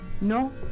No